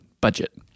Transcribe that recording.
budget